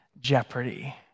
jeopardy